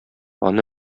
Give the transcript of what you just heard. аны